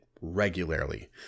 regularly